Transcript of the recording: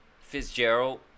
Fitzgerald